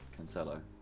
Cancelo